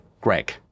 greg